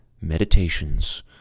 meditations